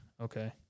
okay